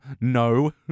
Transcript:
no